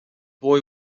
boy